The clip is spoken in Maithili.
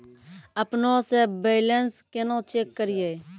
अपनों से बैलेंस केना चेक करियै?